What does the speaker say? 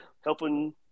helping